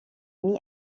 mis